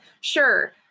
Sure